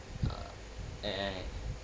err and